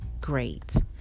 great